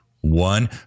one